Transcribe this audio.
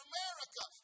America